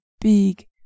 big